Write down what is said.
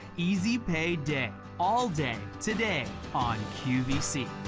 easy pay day all day today on qvc.